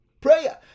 prayer